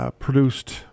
produced